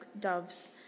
doves